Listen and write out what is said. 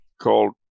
called